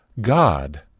God